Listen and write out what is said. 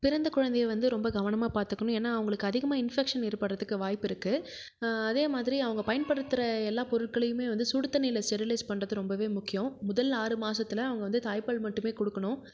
பிறந்த குழந்தையை வந்து ரொம்ப கவனமாக பார்த்துக்கணும் ஏன்னால் அவங்களுக்கு அதிகமாக இன்பெக்ஷன் ஏற்படுகிறதுக்கு வாய்ப்பு இருக்குது அதே மாதிரி அவங்க பயன்படுத்துகிற எல்லா பொருட்களையுமே வந்து சுடு தண்ணிரில் ஸ்டெரிலைஸ் பண்றது ரொம்பவே முக்கியம் முதல் ஆறு மாசத்தில் அவங்க வந்து தாய்ப்பால் மட்டுமே கொடுக்கணும்